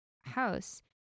house